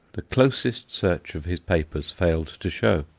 the closest search of his papers failed to show.